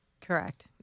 Correct